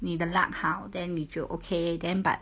你的 luck 好 then 你就 okay then but